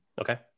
Okay